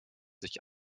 sich